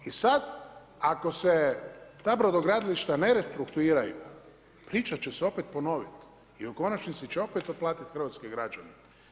I sada ako se ta brodogradilišta ne restrukturiraju pričat će se opet po novinama i u konačnici će opet otplatiti hrvatski građani.